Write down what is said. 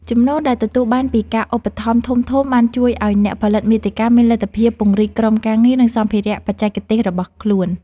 ចំណូលដែលទទួលបានពីការឧបត្ថម្ភធំៗបានជួយឱ្យអ្នកផលិតមាតិកាមានលទ្ធភាពពង្រីកក្រុមការងារ និងសម្ភារៈបច្ចេកទេសរបស់ខ្លួន។